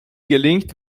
gelingt